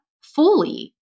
fully